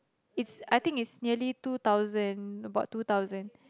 it's I think it's nearly two thousand about two thousand